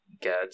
get